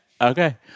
Okay